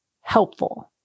helpful